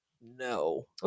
No